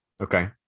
okay